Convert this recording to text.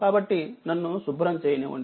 కాబట్టినన్ను శుభ్రం చేయనివ్వండి